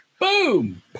Boom